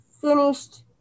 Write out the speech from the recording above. finished